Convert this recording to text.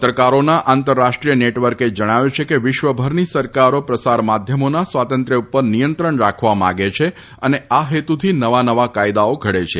પત્રકારોના આંતરરાષ્ટ્રીય નેટવર્કે જણાવ્યું છે કે વિશ્વભરની સરકારો પ્રસાર માધ્યમોના સ્વાતંત્ર્ય ઉપર નિયંત્રણ રાખવા માંગે છે અને આ હેતુથી નવા નવા કાયદાઓ ઘડે છે